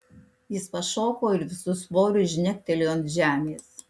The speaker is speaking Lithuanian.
jis pašoko ir visu svoriu žnektelėjo ant žemės